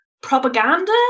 propaganda